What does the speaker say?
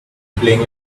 playing